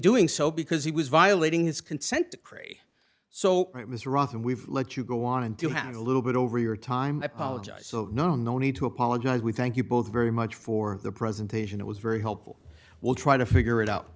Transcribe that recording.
doing so because he was violating his consent decree so mr roth and we've let you go on and to have a little bit over your time apologize so no no need to apologize we thank you both very much for the presentation it was very helpful we'll try to figure it out